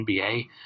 NBA